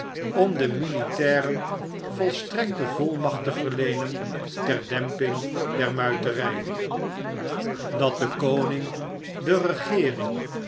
om de militairen volstrekte volmacht te verleenen ter demping der muitenj dat de kohing de regeering